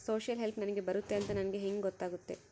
Social help ನನಗೆ ಬರುತ್ತೆ ಅಂತ ನನಗೆ ಹೆಂಗ ಗೊತ್ತಾಗುತ್ತೆ?